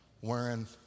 wearing